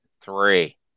three